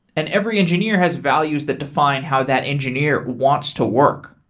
and every engineer has values that define how that engineer wants to work.